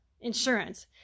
insurance